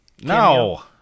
no